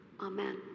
Amen